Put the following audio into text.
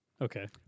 Okay